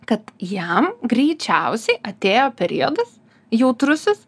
kad jam greičiausiai atėjo periodas jautrusis